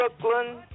Brooklyn